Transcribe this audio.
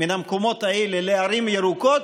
מן המקומות האלה לערים ירוקות,